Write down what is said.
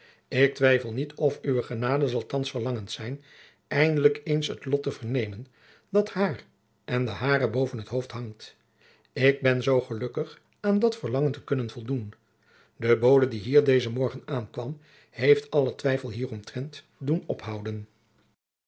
ik twijfel niet of uwe genade zal thands verlangend zijn eindelijk eens het lot te vernemen dat haar en de haren boven t hoofd hangt ik ben zoo gelukkig aan dat verlangen te kunnen voldoen de bode die hier dezen morgen aankwam heeft allen twijfel hieromtrent doen ophouden